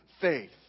faith